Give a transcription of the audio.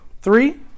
three